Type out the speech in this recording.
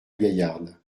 gaillarde